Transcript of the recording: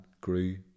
grew